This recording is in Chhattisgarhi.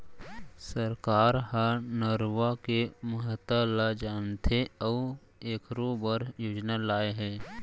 सरकार ह नरूवा के महता ल जानथे अउ एखरो बर योजना लाए हे